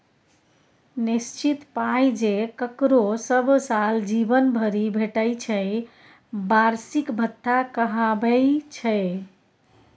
निश्चित पाइ जे ककरो सब साल जीबन भरि भेटय छै बार्षिक भत्ता कहाबै छै